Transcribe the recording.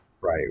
right